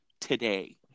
today